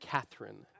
Catherine